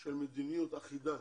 של מדיניות אחידה